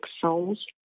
souls